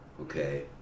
okay